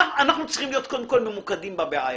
אנחנו צריכים להיות קודם כול ממוקדים בבעיה.